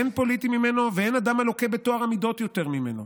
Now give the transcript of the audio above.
אין פוליטי ממנו ואין אדם הלוקה בטוהר המידות יותר ממנו,